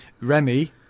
Remy